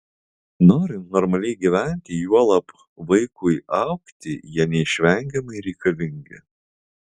norint normaliai gyventi juolab vaikui augti jie neišvengiamai reikalingi